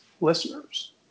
listeners